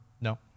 No